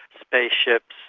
spaceships,